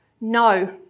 No